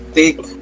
take